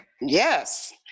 Yes